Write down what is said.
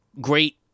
Great